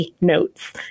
notes